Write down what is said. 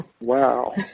Wow